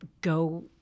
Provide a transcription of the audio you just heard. go –